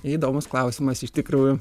įdomus klausimas iš tikrųjų